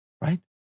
right